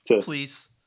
Please